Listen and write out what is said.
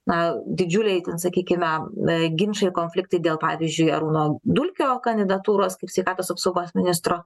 na didžiuliai ten sakykime ginčai konfliktai dėl pavyzdžiui arūno dulkio kandidatūros kaip sveikatos apsaugos ministro